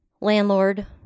landlord